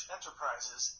Enterprises